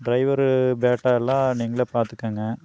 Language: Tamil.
டிரைவர் பேட்டாலாம் நீங்களே பார்த்துக்கங்க